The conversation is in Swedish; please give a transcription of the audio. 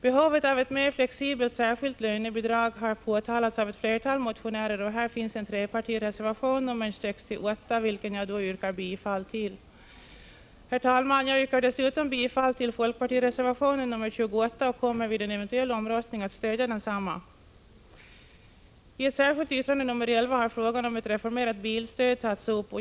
Behovet av ett mera flexibelt, särskilt lönebidrag har påtalats av ett flertal motionärer. Till betänkandet har avgivits en trepartireservation, nr 68, till vilken jag yrkar bifall. Herr talman! Jag yrkar dessutom bifall till folkpartireservationen nr 28 och kommer vid en eventuell omröstning att stödja densamma. I ett särskilt yttrande, nr 11, har frågan om ett reformerat bilstöd tagits upp.